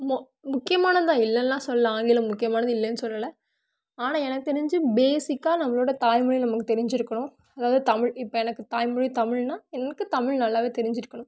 மொ முக்கியமானது தான் இல்லைல்லாம் சொல்லலை ஆங்கிலம் முக்கியமானது இல்லைனு சொல்லலை ஆனால் எனக்கு தெரிஞ்சு பேசிக்காக நம்மளோடய தாய் மொழி நமக்கு தெரிஞ்சு இருக்கணும் அதாவது தமிழ் இப்போ எனக்கு தாய் மொழி தமிழ்னால் எனக்கு தமிழ் நல்லாவே தெரிஞ்சு இருக்கணும்